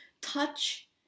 touch